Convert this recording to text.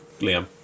Liam